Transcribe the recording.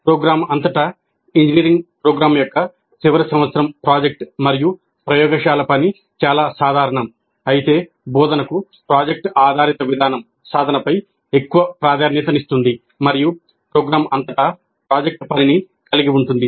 programme అంతటా engineering programme యొక్క చివరి సంవత్సరం ప్రాజెక్ట్ మరియు ప్రయోగశాల పని చాలా సాధారణం అయితే బోధనకు ప్రాజెక్ట్ ఆధారిత విధానం సాధనపై ఎక్కువ ప్రాధాన్యతనిస్తుంది మరియు ప్రోగ్రామ్ అంతటా ప్రాజెక్ట్ పనిని కలిగి ఉంటుంది